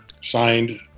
signed